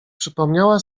przypomniała